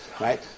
Right